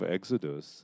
Exodus